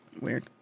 weird